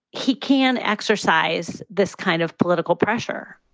he can exercise this kind of political pressure.